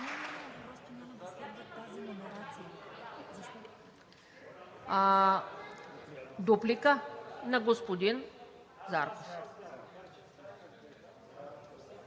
Дуплика на господин Зарков.